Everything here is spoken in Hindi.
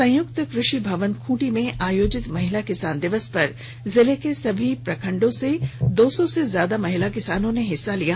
संयुक्त कृषि भवन खूंटी में आयोजित महिला किसान दिवस पर जिले के सभी प्रखण्डों से दो सौ से ज्यादा महिला किसानों ने भाग लिया